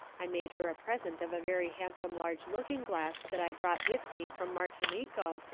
i made her a present of a very handsome large looking glass that i brought with me from martinico,